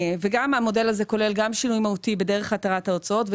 המודל הזה כולל שינוי מהותי בדרך התרת ההוצאות,